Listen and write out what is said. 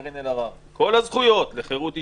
קארין אלהרר כל הזכויות לחירות אישית,